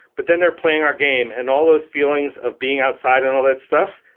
but then they're playing our game and all those feelings of being outside and all that stuff,